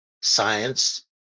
science